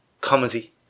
comedy